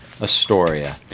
Astoria